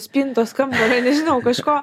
spintos kambario nežinau kažko